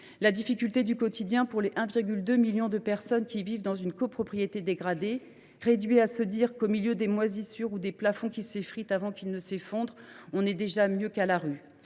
La difficulté du quotidien, pour les 1,2 million de personnes qui vivent dans une copropriété dégradée, réduites à se dire que, au milieu des moisissures, sous des plafonds qui s’effritent avant, peut être, de s’effondrer, on est déjà mieux qu’à la rue.